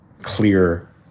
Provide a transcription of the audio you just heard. clear